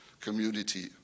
community